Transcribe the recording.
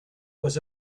was